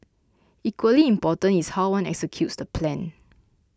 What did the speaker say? equally important is how one executes the plan